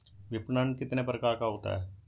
विपणन कितने प्रकार का होता है?